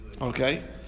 okay